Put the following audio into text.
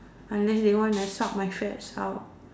unless they wanna suck my fats out